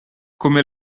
come